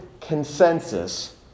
consensus